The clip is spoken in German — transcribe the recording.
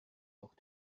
auch